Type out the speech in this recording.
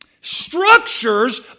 Structures